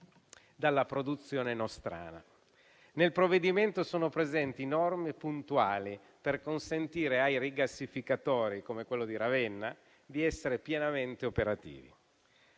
Nel provvedimento sono presenti norme puntuali per consentire ai rigassificatori come quello di Ravenna di essere pienamente operativi.